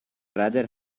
rather